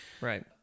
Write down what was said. Right